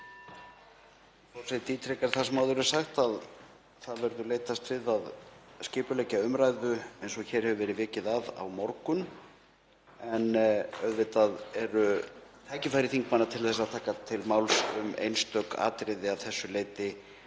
Forseti ítrekar það sem áður er sagt, að það verður leitast við að skipuleggja umræðu eins og hér hefur verið vikið að á morgun. En auðvitað eru tækifæri þingmanna fjölmörg til þess að taka til máls um einstök atriði að þessu leyti,